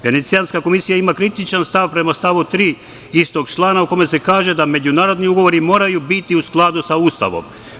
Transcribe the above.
Venecijanska komisija ima kritičan stav prema stavu 3. istog člana, u kome se kaže da međunarodni ugovori moraju biti u skladu sa Ustavom.